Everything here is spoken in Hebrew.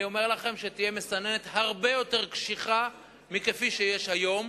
אני אומר לכם שתהיה מסננת הרבה יותר קשיחה מכפי שיש היום,